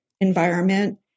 environment